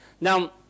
Now